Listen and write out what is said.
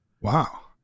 Wow